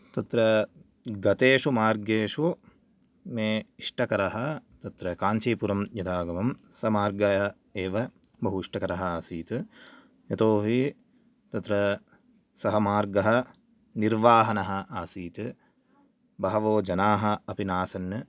तत्र गतेषु मार्गेषु मे इष्टकरः तत्र काञ्चिपुरमं यदा आगमं स मार्ग एव बहु इष्टकरः आसीत् यतोहि तत्र सः मार्गः निर्वाहानः आसीत् बहवो जनाः अपि नासन्